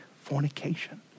fornication